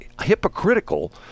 hypocritical